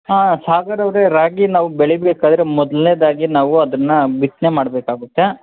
ಹಾಂ ಸಾಗರ್ ಅವರೇ ರಾಗಿ ನಾವು ಬೆಳಿಬೇಕಾದರೆ ಮೊದಲನೇದಾಗಿ ನಾವು ಅದನ್ನು ಬಿತ್ತನೆ ಮಾಡಬೇಕಾಗುತ್ತೆ